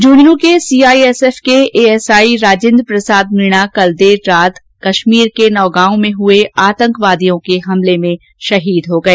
झुंझनू के सीआईएसएफ के एएसआई राजेन्द्र प्रसाद मीणा कल देर रात को कश्मीर के नौगांव में हुए आतंकवादियों के हमले में शहीद हो गए